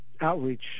outreach